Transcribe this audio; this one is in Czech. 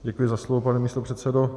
Děkuji za slovo, pane místopředsedo.